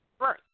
Right